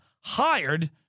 hired